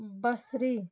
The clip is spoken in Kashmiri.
بصری